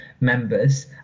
members